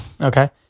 Okay